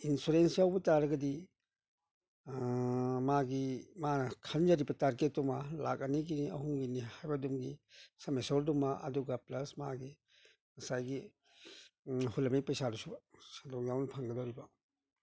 insurance ꯌꯥꯎꯕ ꯇꯥꯔꯒꯗꯤ ꯃꯥꯒꯤ ꯃꯥꯅ ꯈꯟꯖꯔꯤꯕ ꯇꯥꯔꯒꯦꯠꯇꯨꯃ ꯂꯥꯛ ꯑꯅꯤꯒꯤ ꯑꯍꯨꯝꯒꯤꯅꯤ ꯍꯥꯏꯕꯗꯨꯅꯤ ꯑꯗꯨꯒ ꯄ꯭ꯂꯁ ꯃꯥꯒꯤ ꯉꯁꯥꯏꯒꯤ ꯍꯨꯜꯂꯝꯃꯤ ꯄꯩꯁꯥꯗꯨꯁꯨ ꯁꯦꯟꯗꯣꯡ ꯌꯥꯎꯅ ꯐꯪꯒꯗꯣꯔꯤꯕ